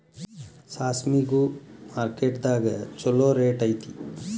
ಸಾಸ್ಮಿಗು ಮಾರ್ಕೆಟ್ ದಾಗ ಚುಲೋ ರೆಟ್ ಐತಿ